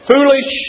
Foolish